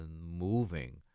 moving